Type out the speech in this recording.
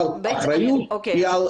אבל האחריות היא על